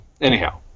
anyhow